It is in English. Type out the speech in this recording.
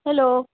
hello